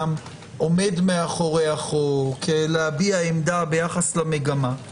הממשלה (תיקון מס' 12)